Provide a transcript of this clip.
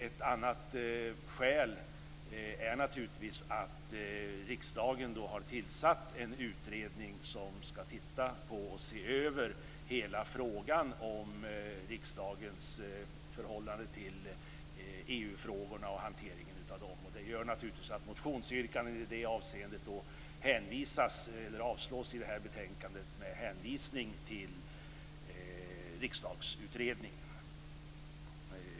Ett annat skäl är att riksdagen har tillsatt en utredning som skall se över hela frågan om riksdagens förhållande till EU-frågorna och hanteringen av dem. Det gör naturligtvis att motionsyrkandena i det avseendet avslås i det här betänkandet med hänvisning till riksdagsutredningen.